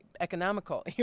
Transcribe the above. economical